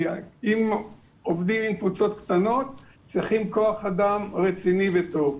אם עובדים עם קבוצות קטנות צריך כוח אדם רציני וטוב.